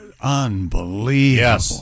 Unbelievable